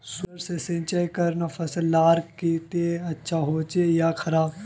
Solar से सिंचाई करना फसल लार केते अच्छा होचे या खराब?